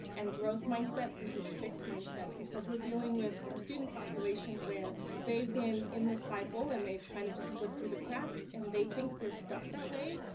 and growth mindset versus versus fixed mindset, because we're dealing with a student population where they've been in the cycle and they've kind of just slipped through the cracks and they think they're stuck that way.